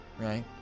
right